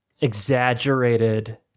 exaggerated